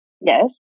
yes